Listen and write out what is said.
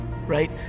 right